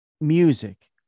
music